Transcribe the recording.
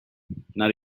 not